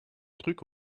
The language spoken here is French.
trucs